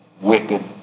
wicked